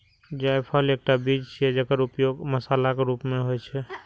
जायफल एकटा बीज छियै, जेकर उपयोग मसालाक रूप मे होइ छै